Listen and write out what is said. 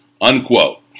Unquote